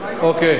תודה רבה לך,